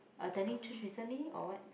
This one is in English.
attending church recently or what